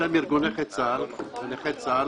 בשם ארגון נכי צה"ל ונכי צה"ל,